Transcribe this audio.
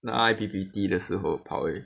I_P_P_T 的时候跑而已